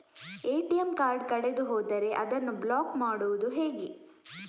ATM card ಕಳೆದು ಹೋದರೆ ಅದನ್ನು ಬ್ಲಾಕ್ ಮಾಡುವುದು ಹೇಗೆ?